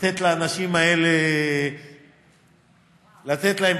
לתת לאנשים האלה תקווה.